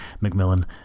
Macmillan